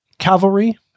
cavalry